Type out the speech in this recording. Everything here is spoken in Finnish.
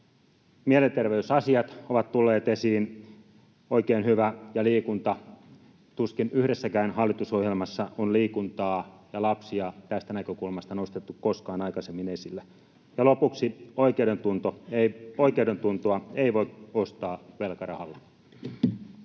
Mielenterveysasiat ovat tulleet esiin — oikein hyvä — ja liikunta. Tuskin yhdessäkään hallitusohjelmassa koskaan aikaisemmin on liikuntaa ja lapsia tästä näkökulmasta nostettu esille. Ja lopuksi oikeudentunto: oikeudentuntoa ei voi ostaa velkarahalla.